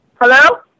Hello